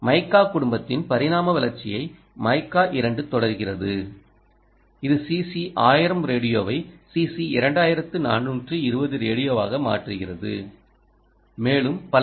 மைக்கா குடும்பத்தின் பரிணாம வளர்ச்சியை மைக்கா z தொடர்கிறது இது CC1000 ரேடியோவை CC2420 ரேடியோவாக மாற்றுகிறது மேலும் பல